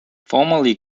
formerly